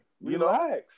Relax